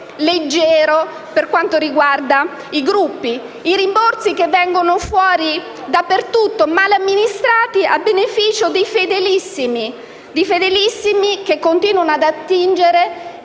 leggero per quanto riguarda i Gruppi. I rimborsi vengono fuori dappertutto e sono male amministrati, a beneficio di fedelissimi che continuano ad attingere